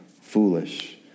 foolish